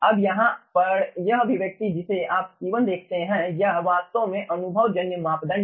अब यहाँ पर यह अभिव्यक्ति जिसे आप C1 देखते हैं वह वास्तव में अनुभवजन्य मापदंड है